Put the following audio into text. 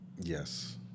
Yes